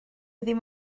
ddim